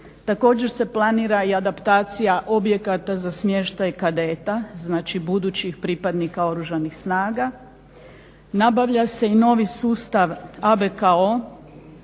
Također se planira i adaptacija objekata za smještaj kadeta, znači budućih pripadnika Oružanih snaga. Nabavlja se i novi sustav ABKO